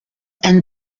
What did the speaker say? and